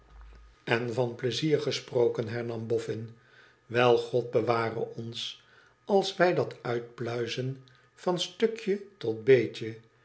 en van pleizier gesproken hernam boffin wel god beware ons als wij dat mtpluizen van stukje tot beetje